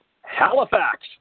Halifax